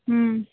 ம்